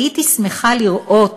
הייתי שמחה לראות